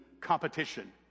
competition